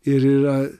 ir yra